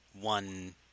one